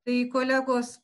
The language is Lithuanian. tai kolegos